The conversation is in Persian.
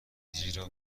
زیرا